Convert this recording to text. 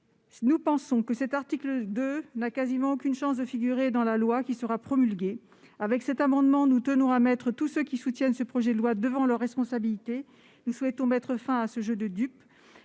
Nous pensons que l'article 2 n'a quasiment aucune chance de figurer dans la loi qui sera promulguée. Avec cet amendement, nous tenons à mettre tous ceux qui soutiennent ce projet de loi devant leurs responsabilités en mettant fin à ce jeu de dupes.